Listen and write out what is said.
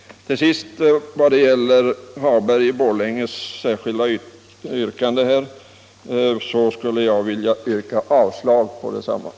Till sist vill jag yrka avslag på det yrkande som herr Hagberg i Borlänge har framställt under debatten.